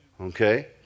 Okay